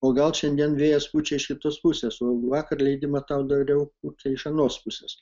o gal šiandien vėjas pučia iš kitos pusės o vakar leidimą ką dariau vot čia iš anos pusės